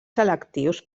selectius